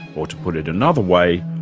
or to put it another way,